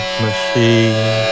machine